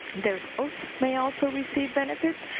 their spouse may also receive benefits.